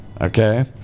Okay